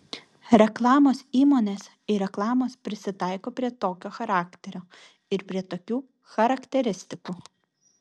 reklamos įmonės ir reklamos prisitaiko prie tokio charakterio ir prie tokių charakteristikų